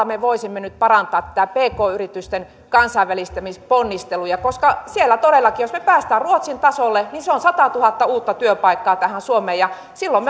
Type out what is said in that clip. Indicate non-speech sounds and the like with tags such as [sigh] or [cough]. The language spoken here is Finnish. [unintelligible] me voisimme nyt parantaa pk yritysten kansainvälistämisponnisteluja koska siellä todellakin jos me pääsemme ruotsin tasolle niin se on satatuhatta uutta työpaikkaa tähän suomeen ja silloin [unintelligible]